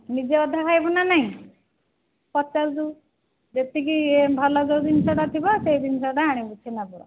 ନିଜେ ଅଧା ଖାଇବୁ ନା ନାହିଁ ପଚାରୁଛୁ ଯେତିକି ଭଲ ଯେଉଁ ଜିନିଷଟା ଥିବ ସେ ଜିନିଷଟା ଆଣିବୁ ଛେନାପୋଡ଼